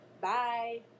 bye